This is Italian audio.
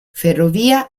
ferrovia